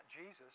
Jesus